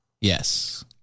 Yes